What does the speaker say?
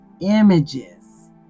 images